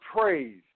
praise